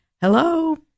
hello